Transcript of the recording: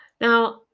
Now